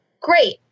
great